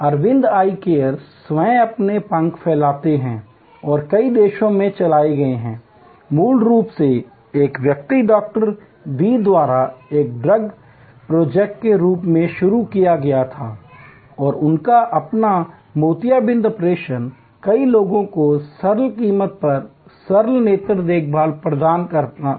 Arvind eye care स्वयं अपने पंख फैलाते हैं और कई देशों में चले गए हैं मूल रूप से एक व्यक्ति डॉक्टर वी द्वारा एक ड्रीम प्रोजेक्ट के रूप में शुरू किया गया था और उनका सपना मोतियाबिंद ऑपरेशन और कई लोगों को सरल कीमत पर सरल नेत्र देखभाल प्रदान करना था